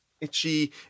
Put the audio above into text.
itchy